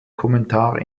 kommentar